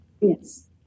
Yes